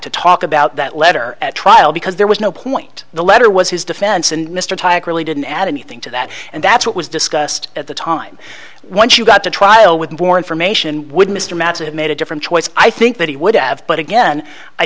to talk about that letter at trial because there was no point the letter was his defense and mr tighe really didn't add anything to that and that's what was discussed at the time once you got to trial with more information would mr massive made a different choice i think that he would have but again i